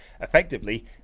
effectively